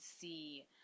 see